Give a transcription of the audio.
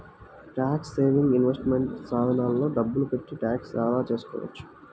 tax saving investment సాధనాల్లో డబ్బులు పెట్టి ట్యాక్స్ ఆదా చేసుకోవచ్చు